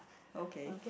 okay